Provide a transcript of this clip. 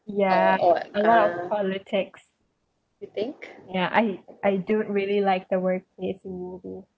ya a lot of politics ya I I don't really like the work place you know who